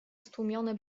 stłumione